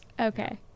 Okay